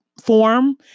form